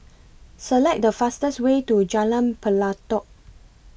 Select The fastest Way to Jalan Pelatok